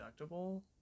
deductible